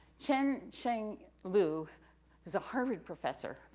chin chang lu is a harvard professor,